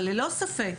אבל ללא ספק